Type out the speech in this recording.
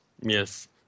Yes